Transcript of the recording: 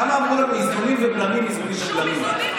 כמה אמרו לנו: איזונים ובלמים, איזונים ובלמים.